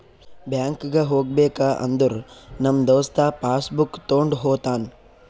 ಬ್ಯಾಂಕ್ಗ್ ಹೋಗ್ಬೇಕ ಅಂದುರ್ ನಮ್ ದೋಸ್ತ ಪಾಸ್ ಬುಕ್ ತೊಂಡ್ ಹೋತಾನ್